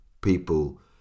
people